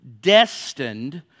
destined